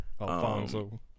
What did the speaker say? Alfonso